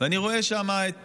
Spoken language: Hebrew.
ואני רואה שם את